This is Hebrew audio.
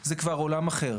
זה כבר עולם אחר,